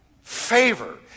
Favor